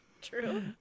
true